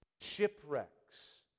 Shipwrecks